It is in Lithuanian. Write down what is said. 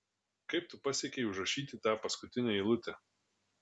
kaip tu pasiekei užrašyti tą paskutinę eilutę